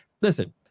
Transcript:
Listen